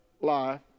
life